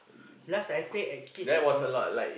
last I played at cage was